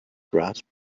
grasp